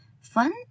fun